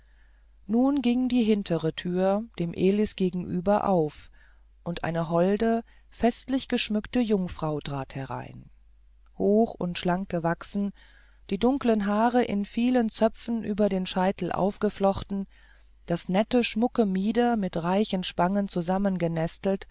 nun ging die hintere türe dem elis gegenüber auf und eine holde festlich geschmückte jungfrau trat hinein hoch und schlank gewachsen die dunklen haare in vielen zöpfen über der scheitel aufgeflochten das nette schmucke mieder mit reichen spangen